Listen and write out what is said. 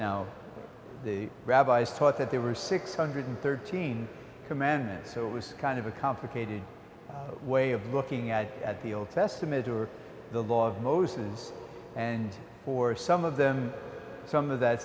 now the rabbis taught that there were six hundred and thirteen dollars commandments so it was kind of a complicated way of looking at at the old testament or the law of moses and for some of them some of that